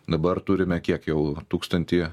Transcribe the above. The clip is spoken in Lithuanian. dabar turime kiek jau tūkstantį